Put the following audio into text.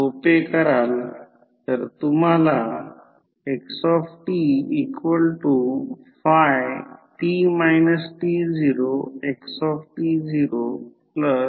तर या cos ω t ला काय म्हणाल तर फक्त गैरसमज होऊ नये म्हणून असे लिहा जर मी असे लिहित आहे अशी आशा आहे की V1 N1 ∅m हे समजेल